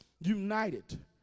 united